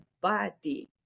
body